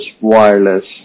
wireless